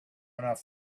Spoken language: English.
enough